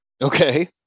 Okay